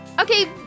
Okay